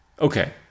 Okay